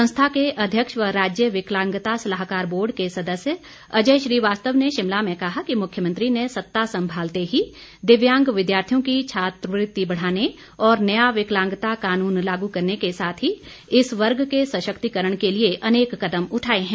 संस्था के अध्यक्ष व राज्य विकलांगता सलाहकार बोर्ड के सदस्य अजय श्रीवास्तव ने शिमला में कहा कि मुख्यमंत्री ने सत्ता संभालते ही दिव्यांग विद्यार्थियों की छात्रवृत्ति बढ़ाने और नया विकलांगता कानून लागू करने के साथ ही इस वर्ग के सशक्तिकरण के लिए अनेक कदम उठाए हैं